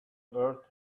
earth